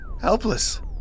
helpless